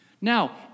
Now